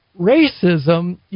racism